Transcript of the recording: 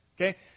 Okay